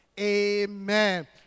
Amen